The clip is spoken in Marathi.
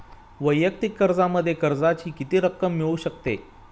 वैयक्तिक कर्जामध्ये कर्जाची किती रक्कम मिळू शकते?